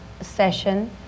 session